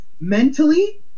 mentally